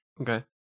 Okay